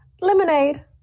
Lemonade